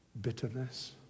bitterness